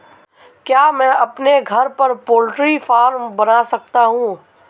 क्या मैं अपने घर पर पोल्ट्री फार्म बना सकता हूँ?